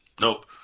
Nope